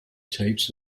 types